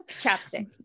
Chapstick